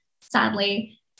sadly